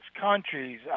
countries